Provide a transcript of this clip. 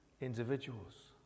individuals